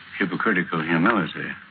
hypocritical humility.